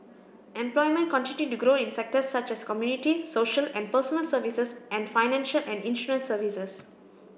employment continued to grow in sectors such as community social and personal services and financial and insurance services